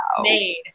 made